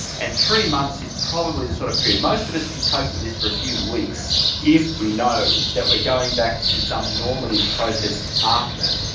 and three months is probably the sort of period. most of us can cope with this for a few weeks if we know that we are going back to some normative process after that.